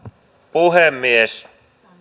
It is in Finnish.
puhemies